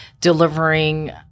delivering